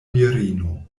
virino